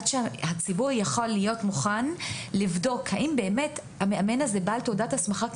שהציבור יוכל לבדוק האם המאמן הזה באמת בעל תעודת הסמכה,